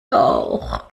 auch